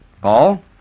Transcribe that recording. Paul